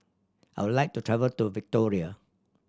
I would like to travel to Victoria